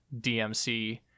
DMC